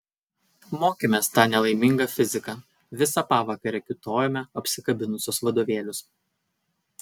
mokėmės tą nelaimingą fiziką visą pavakarę kiūtojome apsikabinusios vadovėlius